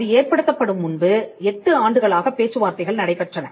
அது ஏற்படுத்தப்படும் முன்பு 8 ஆண்டுகளாக பேச்சுவார்த்தைகள் நடைபெற்றன